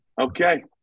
Okay